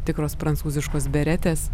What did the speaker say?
tikros prancūziškos beretės